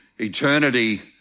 eternity